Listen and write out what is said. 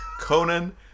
Conan